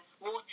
water